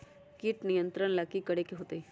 किट नियंत्रण ला कि करे के होतइ?